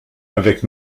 avec